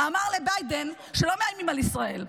אמר לביידן שלא מאיימים על ישראל,